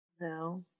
no